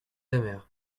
aimèrent